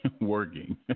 working